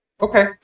Okay